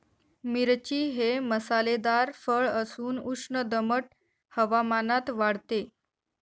मिरची हे मसालेदार फळ असून उष्ण दमट हवामानात वाढते